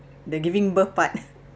the giving birth part